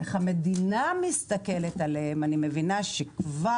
איך המדינה מסתכלת עליהם אני מבינה שכבר